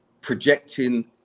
projecting